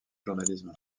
journalisme